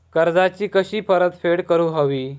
कर्जाची कशी परतफेड करूक हवी?